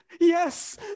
yes